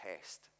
test